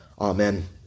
Amen